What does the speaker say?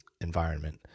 environment